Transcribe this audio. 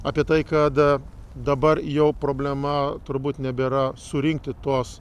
apie tai kad dabar jau problema turbūt nebėra surinkti tuos